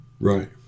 Right